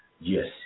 yes